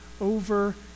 over